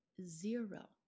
zero